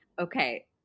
Okay